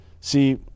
see